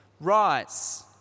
Rise